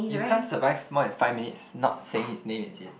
you can't survive more than five minutes not saying his name is it